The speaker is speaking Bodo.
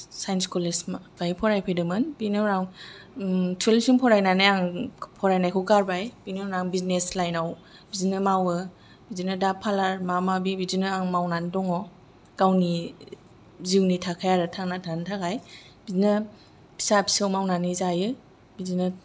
साइन्स कलेज बेहाय फरायफैदोंमोन बिनि उनाव टुवेल्भसिम फरायनानै आं फरायनायखौ गारबाय बिनि उनाव आं बिजनेस लाइनाव बिदिनो मावो बिदिनो पार्लार दा माबा माबि बिदिनो आं मावनानै दङ गावनि जिउनि थाखाय आरो थांना थानो थाखाय बिदिनो फिसा फिसौ मावनानै जायो बिदिनो